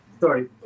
Sorry